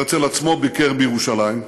הרצל עצמו ביקר בירושלים,